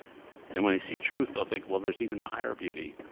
and when they see truth, they'll think, well, there's even a higher beauty,